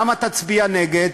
למה תצביע נגד?